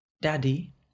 daddy